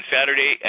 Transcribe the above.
Saturday